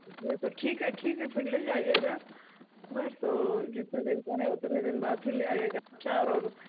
चलिए तो ठीक है ठीक है फिर ले जाइएगा तो जितने दिन का है उतने दिन बाद फिर ले आइएगा अच्छा और